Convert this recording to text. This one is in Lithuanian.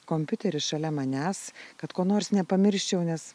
kompiuteris šalia manęs kad ko nors nepamirščiau nes